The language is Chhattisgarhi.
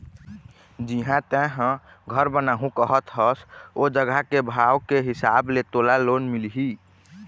जिहाँ तेंहा घर बनाहूँ कहत हस ओ जघा के भाव के हिसाब ले तोला लोन मिलही